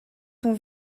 ton